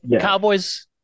Cowboys